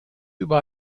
über